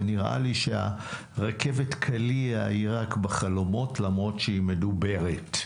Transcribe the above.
ונראה לי שהרכבת קליע היא רק בחלומות למרות שהיא מדוברת.